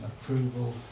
approval